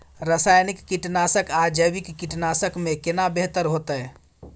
रसायनिक कीटनासक आ जैविक कीटनासक में केना बेहतर होतै?